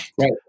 Right